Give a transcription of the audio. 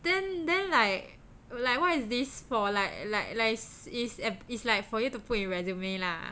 then then like like what is this for like like like is is a is like for you to put in your resume lah